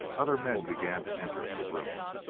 other men began to enter the room.